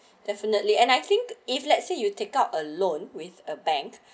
definitely and I think if let's say you take out a loan with a bank